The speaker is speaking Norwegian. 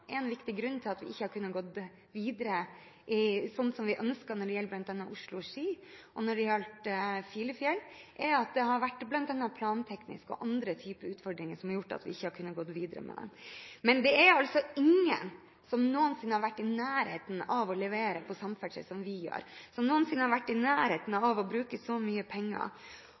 En viktig grunn til at vi ikke har kunnet gå videre slik vi ønsker når det gjelder bl.a. Oslo–Ski, og Filefjell, er at det har vært plantekniske og andre typer utfordringer som har gjort at vi ikke har kunnet gå videre med det. Men det er altså ingen som noensinne har vært i nærheten av å levere på samferdsel som vi gjør, og av å bruke så mye penger.